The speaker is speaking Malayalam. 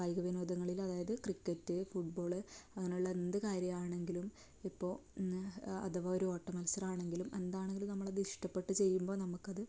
കായികവിനോദങ്ങളിൽ അതായത് ക്രിക്കറ്റ് ഫുട്ബോള് അങ്ങനെയുള്ള എന്ത് കാര്യമാണങ്കിലും ഇപ്പോൾ അഥവാ ഒരു ഓട്ടമത്സരം ആണെങ്കിലും എന്താണെങ്കിലും നമ്മളത് ഇഷ്ടപ്പെട്ട് ചെയ്യുമ്പോൾ നമുക്കത്